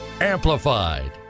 amplified